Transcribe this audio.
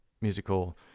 musical